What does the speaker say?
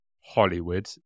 Hollywood